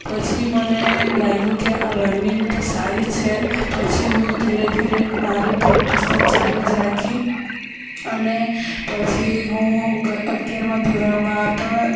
પછી મને લાગ્યું કે આ રનિંગ તો સારી છે પછી હું ધીરે ધીરે મારી પ્રેક્ટિસ તો ચાલુ જ રાખી અને પછી હું અગિયારમાં ધોરણમાં પણ